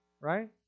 right